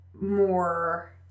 more